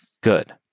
good